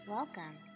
Welcome